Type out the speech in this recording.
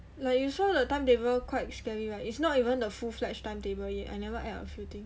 like you saw the timetable quite scary right it's not even the full fledged time table yet I never add a few things